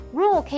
Rule